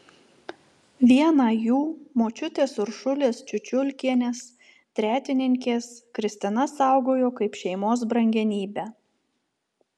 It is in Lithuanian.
vieną jų močiutės uršulės čiučiulkienės tretininkės kristina saugojo kaip šeimos brangenybę